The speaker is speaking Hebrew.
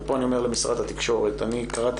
פה אני אומר למשרד התקשורת אני קראתי